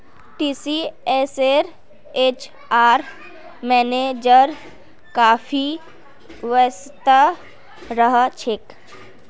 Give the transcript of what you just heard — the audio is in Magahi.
टीसीएसेर एचआर मैनेजर काफी व्यस्त रह छेक